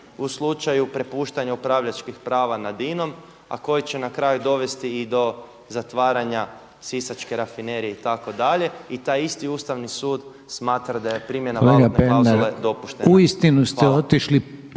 u slučaju prepuštanja upravljačkih prava nad INOM a koji će na kraju dovesti i do zatvaranja Sisačke rafinerije itd., i taj isti Ustavni sud smatra da je primjena valutne klauzule dopuštena. Hvala.